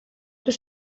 του